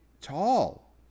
tall